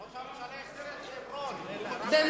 ראש הממשלה החזיר את חברון, תהליך של שלום.